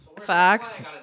Facts